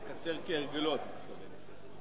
יקצר כהרגלו, אתה מתכוון.